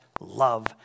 love